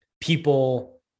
people